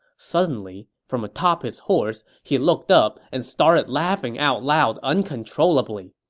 suddenly, from atop his horse, he looked up and started laughing out loud uncontrollably.